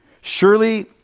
Surely